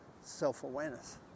self-awareness